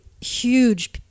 huge